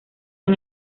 han